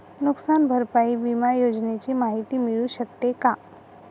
नुकसान भरपाई विमा योजनेची माहिती मिळू शकते का?